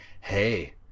hey